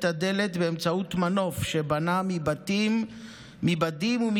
הדלת באמצעות מנוף שבנה מבדים ומכיסא,